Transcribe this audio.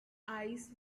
eyes